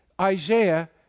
Isaiah